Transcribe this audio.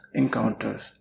encounters